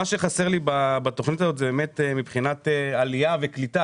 מה שחסר לי בתוכנית הזאת זה עלייה וקליטה.